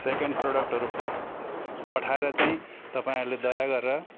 second प्रोडक्टहरू पठाएर चाहिँ तपाईँहरूले दया गरेर